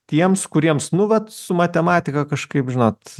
tiems kuriems nu vat su matematika kažkaip žinot